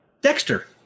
Dexter